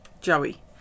Joey